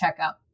checkout